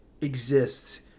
exists